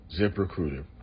ZipRecruiter